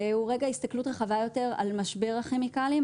הוא הסתכלות רחבה יותר על משבר הכימיקלים,